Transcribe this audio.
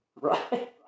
Right